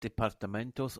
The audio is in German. departamentos